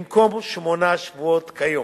במקום שמונה שבועות כיום.